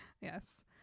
Yes